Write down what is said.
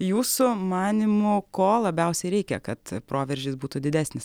jūsų manymu ko labiausiai reikia kad proveržis būtų didesnis